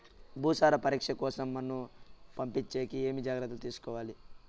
భూసార పరీక్ష కోసం మన్ను పంపించేకి ఏమి జాగ్రత్తలు తీసుకోవాలి?